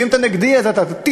ואם אתה נגדי אז אתה טיטוס,